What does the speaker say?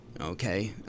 okay